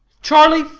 charlie,